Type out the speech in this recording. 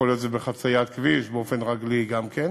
יכול להיות שזה בעת חציית כביש באופן רגלי גם כן.